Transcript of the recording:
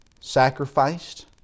sacrificed